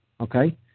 Okay